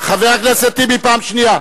חבר הכנסת טיבי, פעם שנייה.